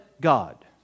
God